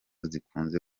zikunze